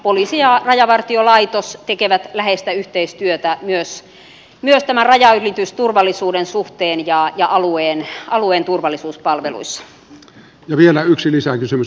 poliisi ja rajavartiolaitos tekevät läheistä yhteistyötä myös rajanylitysturvallisuuden suhteen ja alueen turvallisuuspalveluissa